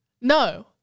No